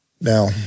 Now